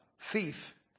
thief